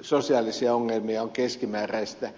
sosiaalisia ongelmia on keskimääräistä enemmän